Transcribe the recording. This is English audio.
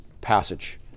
passage